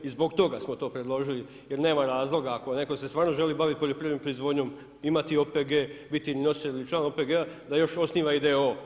I zbog toga smo to predložili jer nema razloga ako netko se stvarno želi baviti poljoprivrednom proizvodnjom, imati OPG, biti nositelj ili član OPG-a da još osniva i d.o.o.